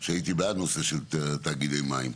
אני הייתי בעד הנושא של תאגידי מים.